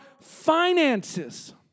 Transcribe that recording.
finances